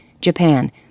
Japan